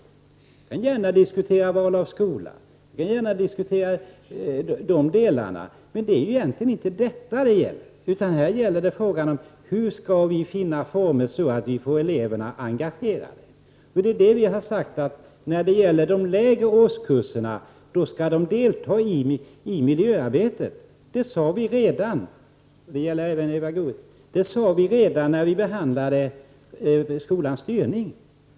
Jag kan gärna diskutera val av skola, men det är ju inte detta debatten skall handla om, utan den skall handla om hur vi skall finna former så att eleverna blir engagerade. Vi har sagt att eleverna i de lägre årskurserna skall delta i miljöarbetet. Det sade vi redan när vi behandlade skolans styrning.